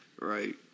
Right